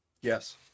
yes